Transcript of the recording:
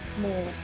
more